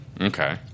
Okay